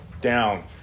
down